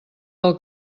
del